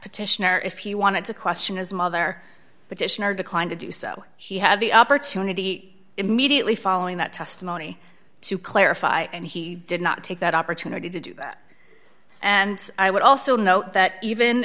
petitioner if he wanted to question his mother but declined to do so he had the opportunity immediately following that testimony to clarify and he did not take that opportunity to do that and i would also note that even